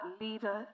leader